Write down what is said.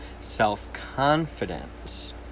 Self-Confidence